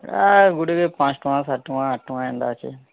ଏୟା ଗୋଟେ ପାଞ୍ଚ ଟଙ୍କା ସାତ ଟଙ୍କା ଆଠ ଟଙ୍କା ଏନ୍ତା ଅଛି